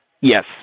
Yes